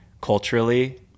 culturally